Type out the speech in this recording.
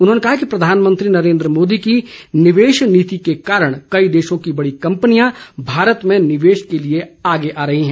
उन्होंने कहा कि प्रधानमंत्री नरेंद्र मोदी की निवेश नीति के कारण कई देशों की बड़ी कंपनियां भारत में निवेश के लिए आगे आ रही है